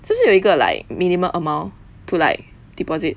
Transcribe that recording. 是不是有一个 like minimum amount to like deposit